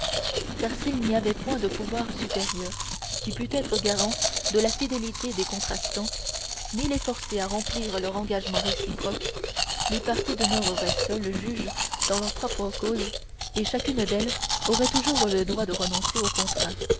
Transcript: car s'il n'y avait point de pouvoir supérieur qui pût être garant de la fidélité des contractants ni les forcer à remplir leurs engagements réciproques les parties demeureraient seules juges dans leur propre cause et chacune d'elles aurait toujours le droit de renoncer au contrat